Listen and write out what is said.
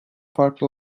farklı